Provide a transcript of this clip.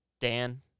Dan